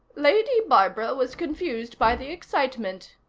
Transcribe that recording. lady barbara was confused by the excitement,